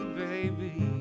baby